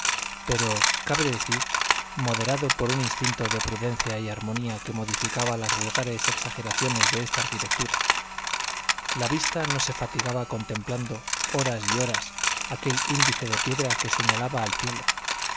pero cabe decir moderado por un instinto de prudencia y armonía que modificaba las vulgares exageraciones de esta arquitectura la vista no se fatigaba contemplando horas y horas aquel índice de piedra que señalaba al cielo